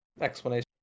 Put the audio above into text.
explanation